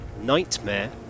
Nightmare